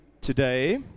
today